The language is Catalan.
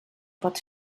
pot